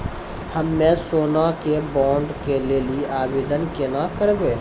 हम्मे सोना के बॉन्ड के लेली आवेदन केना करबै?